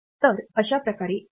तर अशाप्रकारे 8085